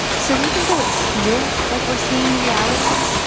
so even though it feels like we're seeing reality,